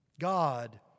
God